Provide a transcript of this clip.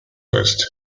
poste